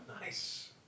Nice